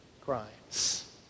crimes